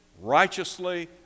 righteously